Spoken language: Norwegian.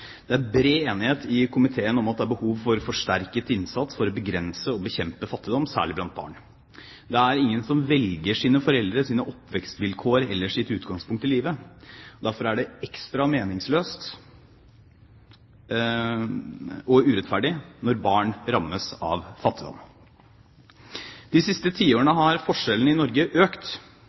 Det er bred enighet i komiteen om at det er behov for forsterket innsats for å begrense og bekjempe fattigdom, særlig blant barn. Det er ingen som velger sine foreldre, sine oppvekstvilkår eller sitt utgangspunkt i livet. Derfor er det ekstra meningsløst og urettferdig når barn rammes av fattigdom. De siste tiårene har forskjellene i Norge økt.